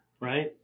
right